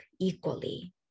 equally